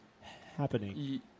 happening